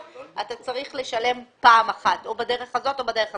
אתה צריך לשלם פעם אחת או בדרך הזאת או בדרך הזאת.